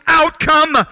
outcome